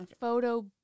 photo